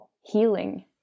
healing